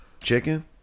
Chicken